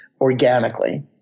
organically